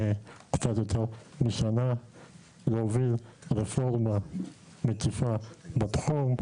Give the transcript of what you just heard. קצת יותר משנה להוביל רפורמה מקיפה בתחום.